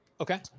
okay